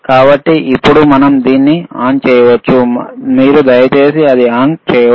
కాబట్టి ఇప్పుడు మనం దీన్ని ఆన్ చేయవచ్చు మీరు దయచేసి అది ఆన్ చేయవచ్చు